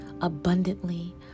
abundantly